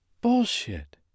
Bullshit